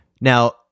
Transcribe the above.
Now